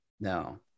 No